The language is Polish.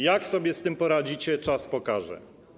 Jak sobie z tym poradzicie, czas pokaże.